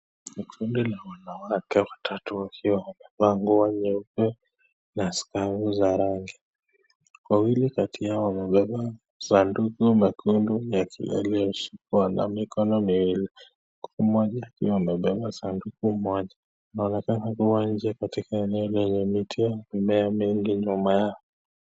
Ni kundi la wanawake watatu wakiwa wamevaa nguo nyeupe na scavu za rangi. Wawili kati yao wamebeba sanduku Mekundu yaliyo shikwa na mikono miwili. Huku mmoja akiwa amebeba sanduku moja. Wana beba uwanja katikati eneo yenye miti mingi nyuma yao